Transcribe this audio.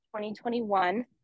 2021